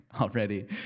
already